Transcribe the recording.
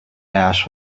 ash